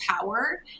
power